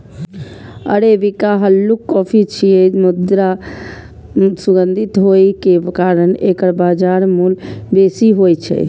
arabica हल्लुक coffee छियै, मुदा सुगंधित होइ के कारण एकर बाजार मूल्य बेसी होइ छै